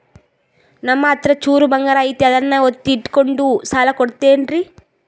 ನಮ್ಮಹತ್ರ ಚೂರು ಬಂಗಾರ ಐತಿ ಅದನ್ನ ಒತ್ತಿ ಇಟ್ಕೊಂಡು ಸಾಲ ಕೊಡ್ತಿರೇನ್ರಿ?